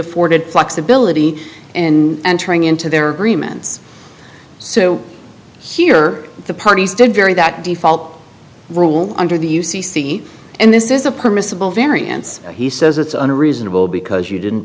afforded flexibility in entering into their remans so here the parties did very that default rule under the u c c and this is a permissible variance he says it's unreasonable because you didn't